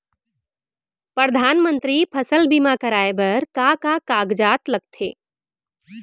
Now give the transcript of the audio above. परधानमंतरी फसल बीमा कराये बर का का कागजात लगथे?